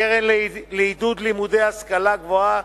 הקרן לעידוד לימודי השכלה גבוהה